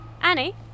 Annie